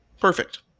Perfect